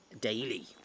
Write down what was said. daily